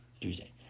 Tuesday